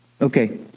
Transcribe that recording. Okay